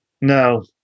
No